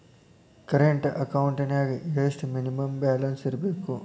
Current ಅಕೌಂಟೆಂನ್ಯಾಗ ಎಷ್ಟ minimum balance ಇರ್ಬೇಕು?